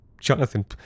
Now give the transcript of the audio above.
Jonathan